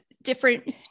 different